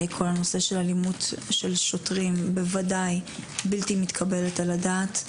כל הנושא של אלימות של שוטרים בוודאי בלתי מתקבלת על הדעת.